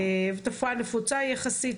תופעה נפוצה יחסית,